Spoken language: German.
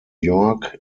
york